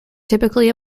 typically